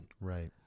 Right